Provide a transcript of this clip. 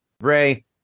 Ray